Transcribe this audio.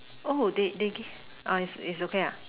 oh they they give